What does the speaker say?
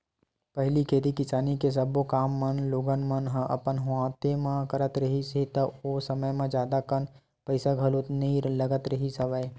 पहिली खेती किसानी के सब्बो काम मन लोगन मन ह अपन हाथे म करत रिहिस हे ता ओ समे म जादा कन पइसा घलो नइ लगत रिहिस हवय